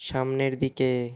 সামনের দিকে